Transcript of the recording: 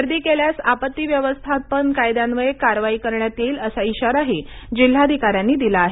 गर्दी केल्यास आपत्ती व्यवस्थापन कायद्यान्वये कारवाई करण्यात येईल असा इशाराही जिल्हाधिकाऱ्यांनी दिला आहे